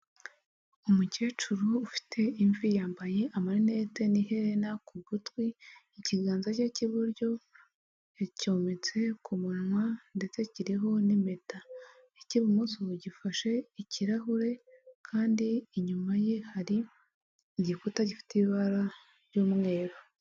Umukecuru ufite imvi yambaye amarinete n'iherena ku gutwi ,ikiganza cye cy'iburyo yacyometse ku munwa ndetse kiriho n'impeta, icy'ibumoso gifashe ikirahure kandi inyuma ye hari igikuta gifite ibara ry'umweru,